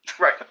Right